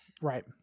Right